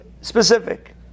specific